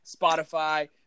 Spotify